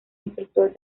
instructor